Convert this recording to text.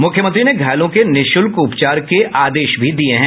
मुख्यमंत्री ने घायलों के निःशुल्क उपचार के आदेश भी दिये हैं